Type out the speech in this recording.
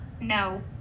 no